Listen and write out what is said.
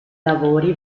lavori